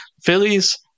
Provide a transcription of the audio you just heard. Phillies